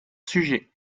sujet